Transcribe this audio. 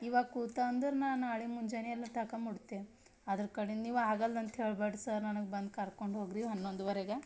ಈವಾಗ ಕೂತ ಅಂದ್ರೆ ನಾನು ನಾಳೆ ಮುಂಜಾನೆ ಎಲ್ಲ ತಗಂಬುಡ್ತೀನಿ ಅದರ ಕಡೆಂದ ನೀವು ಆಗಲ್ಲಂತ ಹೇಳಬೇಡ್ರೀ ಸರ್ ನನಗೆ ಬಂದು ಕರ್ಕೊಂಡೋಗ್ರಿ ಹನ್ನೊಂದುವರೆಗೆ